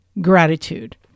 gratitude